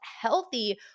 healthy